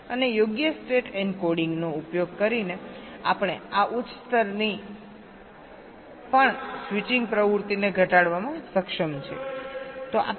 અને યોગ્ય સ્ટેટ એન્કોડિંગનો ઉપયોગ કરીને આપણે આ ઉચ્ચ સ્તરની પણ સ્વિચિંગ પ્રવૃત્તિને ઘટાડવામાં સક્ષમ છીએ